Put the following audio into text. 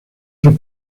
sus